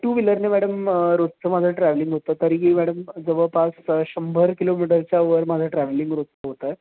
to व्हीलरने madam रोजचं माझं ट्रॅव्हलिंग होतं तरीही मॅडम जवळपास शंभर किलोमीटरच्या वर माझं ट्रॅव्हलिंग रोज होतं आहे